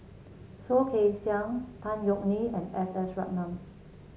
Soh Kay Siang Tan Yeok Nee and S S Ratnam